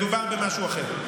מדובר במשהו אחר.